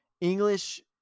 English